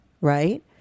right